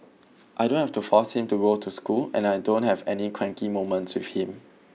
I don't have to force him to go to school and I don't have any cranky moments with him